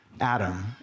Adam